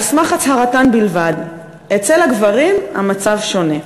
על סמך הצהרתן בלבד, אצל הגברים המצב שונה.